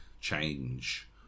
change